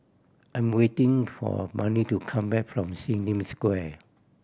I'm waiting for Mandi to come back from Sim Lim Square